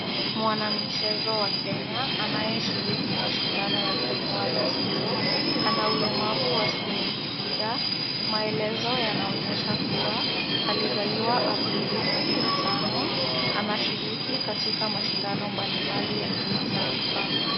Mwanamichezo wa kenya anayeshiriki mashindano ya kuinua vizito, ana ulemavu wa Spina Bifida . Maelezo yanaonyesha kuwa, alizaliwa aprili kumi na tano, anashiriki katika mashindano mbalimbali ya kimataifa.